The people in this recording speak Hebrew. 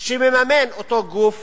שמממן אותו גוף